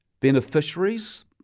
Beneficiaries